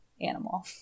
animal